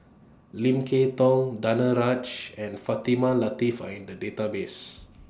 Lim Kay Tong Danaraj and Fatimah Lateef Are in The Database